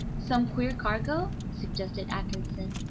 some queer cargo? suggested atkinson.